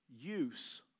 use